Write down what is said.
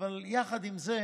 אבל יחד עם זה,